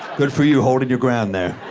good for you, holding your ground there.